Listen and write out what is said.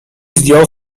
zdjął